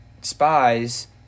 spies